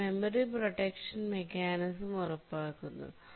അത് memory protection mechanism ഉറപ്പാക്കുന്നു